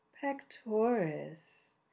pectoris